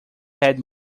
had